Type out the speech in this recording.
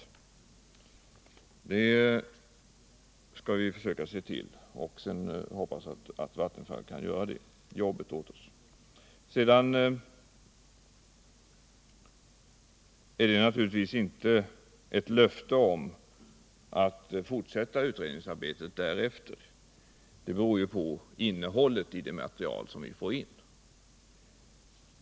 Vi hoppas att Vattenfall kan göra det jobbet åt oss. Naturligtvis är inte detta ett löfte om att fortsätta utredningsarbetet. Det beror på innehållet i det material vi får in.